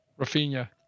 Rafinha